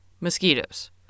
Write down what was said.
mosquitoes